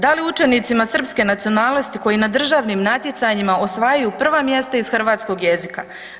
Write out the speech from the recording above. Da li učenicima srpske nacionalnosti koji na državnim natjecanjima osvajaju prva mjesta iz hrvatskog jezika?